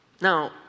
Now